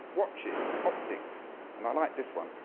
watches, optics and i like this one,